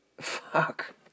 fuck